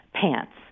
pants